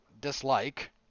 dislike